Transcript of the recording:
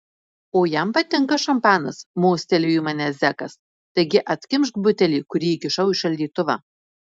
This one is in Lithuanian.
o jam patinka šampanas mostelėjo į mane zekas taigi atkimšk butelį kurį įkišau į šaldytuvą